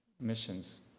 missions